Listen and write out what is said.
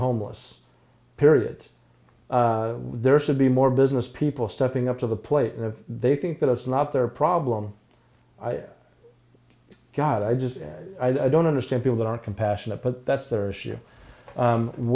homeless period there should be more business people stepping up to the plate and they think that it's not their problem god i just i don't understand people that are compassionate but that's their issue